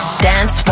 Dance